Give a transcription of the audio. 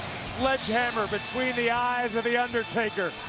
sledgehammer between the eyes of the undertaker.